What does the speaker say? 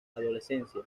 adolescencia